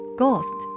ghost